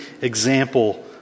example